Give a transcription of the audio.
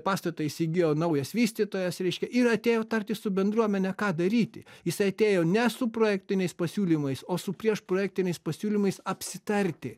pastatą įsigijo naujas vystytojas reiškia ir atėjo tartis su bendruomene ką daryti jisai atėjo ne su projektiniais pasiūlymais o su prieš projektiniais pasiūlymais apsitarti